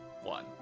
one